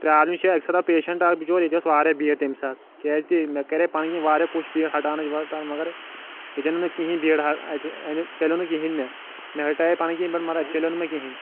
problem چھِ اَکہِ ساتہٕ آو پیشیٚنٛٹ اَکھ بِچیور ییٚتہِ ٲس واریاہ بھیٖڑ تمہِ ساتہٕ کیاز کہِ مےٚ کَرے پَنٕنۍ کِنۍ واریاہ کوٗشِش بھیٖڑ ہَٹاونٕچ وٹاونٕچ مگر ییٚتہِ انٛدیو نہٕ کِہیٖنۍ بھیٖڑ اَتہِ چَلیو نہٕ کِہیٖنۍ مےٚ ہَٹایے پَنٕنۍ کِنۍ مگر اَتہِ چلیو نہٕ مےٚ کِہیٖنۍ